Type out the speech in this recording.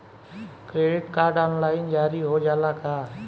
Credit card online जारी हो जाला का?